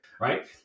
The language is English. right